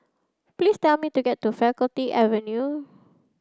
please tell me to get to Faculty Avenue